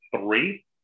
three